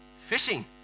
fishing